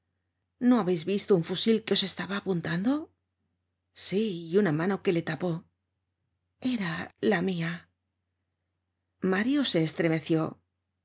no habeis visto un fusil que os estaba apuntando t sí y una mano que le tapó era la mia mario se estremeció